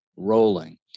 rolling